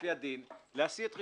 לפי הדין להשיא את רווחיהן.